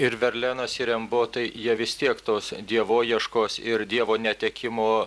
ir verlenas ir rembo tai jie vis tiek tos dievoieškos ir dievo netekimo